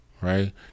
right